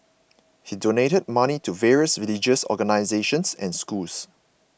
he donated money to various religious organisations and schools